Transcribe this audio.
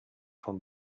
vom